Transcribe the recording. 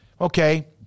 Okay